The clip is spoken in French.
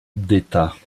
d’état